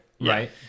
Right